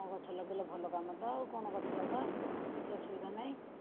ହଁ ଗଛ ଲଗାଇଲେ ଭଲ କାମ ତ ଆଉ କ'ଣ ଗଛ ଲଗାଅ କିଛି ଅସୁବିଧା ନାହିଁ